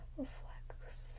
reflects